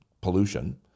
pollution